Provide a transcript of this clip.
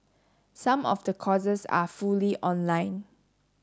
some of the courses are fully online